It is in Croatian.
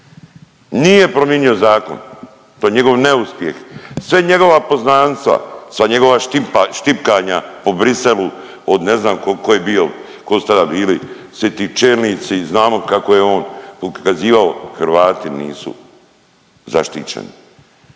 Nije promijenio zakon, to je njegov neuspjeh. Sva njegova poznanstva, sva njegova štipkanja po Briselu od ne znam ko, ko je bio, ko su tada bili svi ti čelnici, znamo kako je on pokazivao, Hrvati nisu zaštićeni.